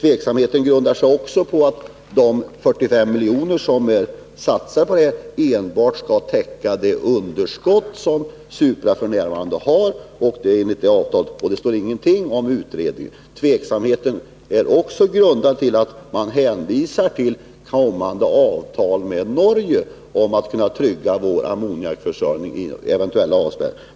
Den grundar sig också på att de 45 milj.kr. som satsats enbart skall täcka det underskott som Supra f.n. har; det är enligt avtalet, och det står ingenting om utredningen. Vidare grundar den sig på att man hänvisar till kommande avtal med Norge för att trygga vår ammoniakförsörjning under en eventuell avspärrning.